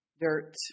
dirt